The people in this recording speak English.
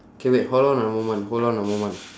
K wait hold on a moment hold on a moment